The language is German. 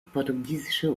portugiesische